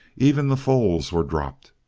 even the foals were dropped.